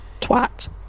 Twat